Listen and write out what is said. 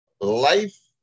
Life